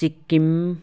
Sikkim